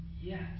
Yes